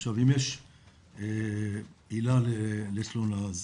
עכשיו, אם יש עילה לתלונה אז